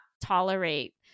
tolerate